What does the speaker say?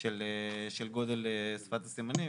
של גודל שפת הסימנים,